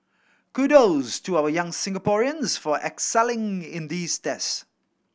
kudos to our young Singaporeans for excelling in these tests